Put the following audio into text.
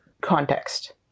context